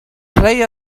play